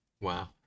Wow